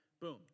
Boom